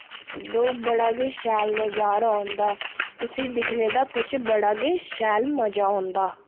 ते ओ बड़ा गै शैल नजारा होंदा उस्सी दिक्खने दा किश बड़ा गै शैल मजा औंदा